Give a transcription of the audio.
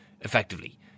effectively